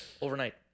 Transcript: overnight